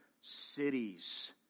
cities